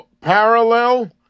parallel